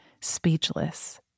speechless